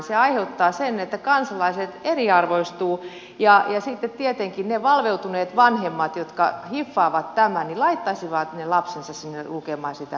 se aiheuttaa sen että kansalaiset eriarvoistuvat ja sitten tietenkin ne valveutuneet vanhemmat jotka hiffaavat tämän laittaisivat ne lapsensa lukemaan sitä ruotsia